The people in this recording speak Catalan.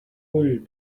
ull